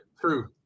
true